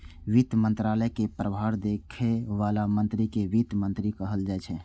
वित्त मंत्रालय के प्रभार देखै बला मंत्री कें वित्त मंत्री कहल जाइ छै